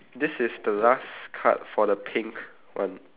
this is the last card for the pink one